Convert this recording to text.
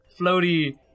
floaty